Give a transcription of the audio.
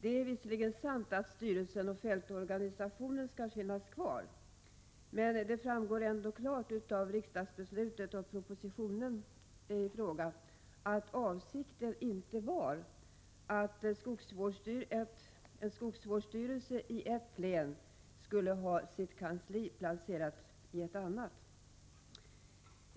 Det är visserligen sant att styrelsen och fältorganisationen skall finnas kvar, men det framgår ändå klart av riksdagsbeslutet och propositionen i fråga att avsikten inte var att en skogsvårdsstyrelse i ett län skulle ha sitt kansli placerat i ett annat.